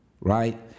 Right